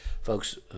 folks